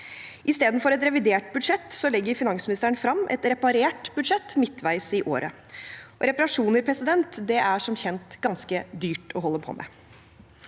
Istedenfor et revidert budsjett legger finansministeren frem et reparert budsjett midtveis i året. Reparasjoner er det som kjent ganske dyrt å holde på med.